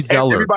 Zeller